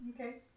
Okay